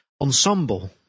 ensemble